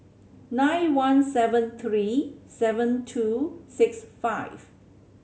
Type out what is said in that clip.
nine one seven three seven two six five